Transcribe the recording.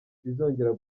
bizongera